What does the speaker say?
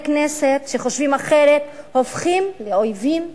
כנסת שחושבים אחרת הופכים לאויבים ולאיום.